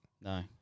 no